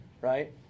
right